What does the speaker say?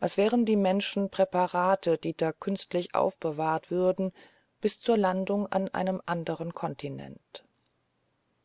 als wären die menschen präparate die da künstlich aufbewahrt würden bis zur landung an einem andern kontinent